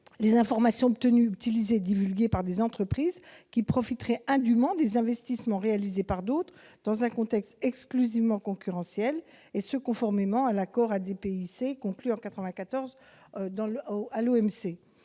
des informations obtenues, utilisées et divulguées par des entreprises qui profiteraient indûment des investissements réalisés par d'autres dans un contexte exclusivement concurrentiel, cela conformément à l'Accord sur les aspects